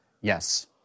Yes